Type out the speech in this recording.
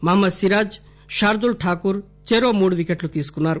మహ్గద్ సిరాజ్ షర్దూల్ ఠాకూర్ చెరో మూడు వికెట్లు తీసుకున్నారు